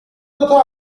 دوتا